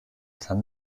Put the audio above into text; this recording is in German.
kann